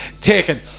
taken